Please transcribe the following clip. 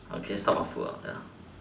okay some of are food ah ya